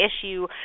issue